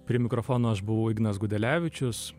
prie mikrofono aš buvau ignas gudelevičius